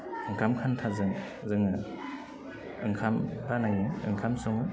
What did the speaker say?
ओंखाम खान्थाजों जोङो ओंखाम बानायो ओंखाम सङो